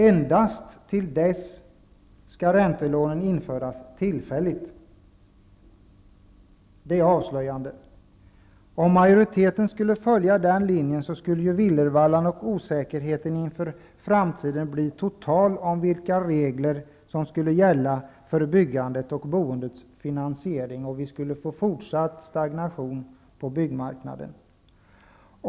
Endast till dess skall räntelånen införas tillfälligt. Det är avslöjande. Om majoriteten skulle följa den linjen skulle villervallan och osäkerheten inför framtiden bli total om vilka regler som skulle gälla för byggandets och boendets finansiering, och vi skulle få fortsatt stagnation på byggmarknaden.